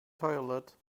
toilet